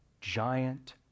giant